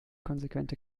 konsequente